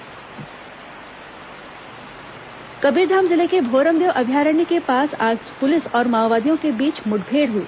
माओवादी मुठभेड़ कबीरधाम जिले के भोरमदेव अभयारण्य के पास आज पुलिस और माओवादियों के बीच मुठभेड़ हई